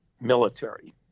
military